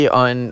on